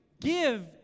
give